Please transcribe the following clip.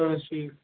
اَہن حظ ٹھیٖک